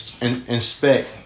inspect